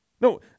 No